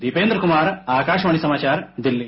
दीपेन्द्र कमार आकाशवाणी समाचार दिल्ली